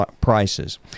prices